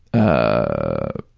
a